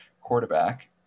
quarterback